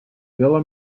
villa